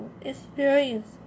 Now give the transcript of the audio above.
experience